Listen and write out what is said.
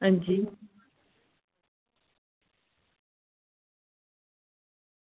अंजी